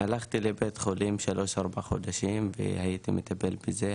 והלכתי לבית חולים שלושה-ארבעה חודשים והייתי מטפל בזה,